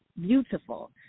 beautiful